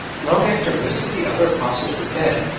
long after most of the other apostles were dead,